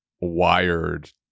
wired